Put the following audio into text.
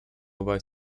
obaj